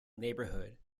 neighborhood